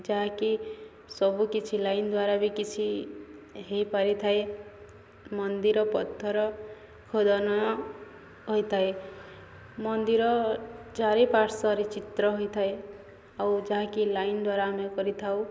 ଯାହାକି ସବୁକିଛି ଲାଇନ ଦ୍ୱାରା ବି କିଛି ହେଇପାରିଥାଏ ମନ୍ଦିର ପଥର ଖୋଦନ ହୋଇଥାଏ ମନ୍ଦିର ଚାରିପାର୍ଶ୍ୱରେ ଚିତ୍ର ହୋଇଥାଏ ଆଉ ଯାହାକି ଲାଇନ ଦ୍ଵାରା ଆମେ କରିଥାଉ